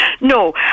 No